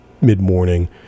mid-morning